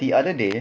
the other day